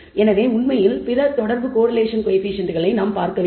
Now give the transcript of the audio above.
எனவே உண்மையில் பிற தொடர்பு கோரிலேஷன் கோயபிசியன்ட்களை நாம் பார்க்கவேண்டும்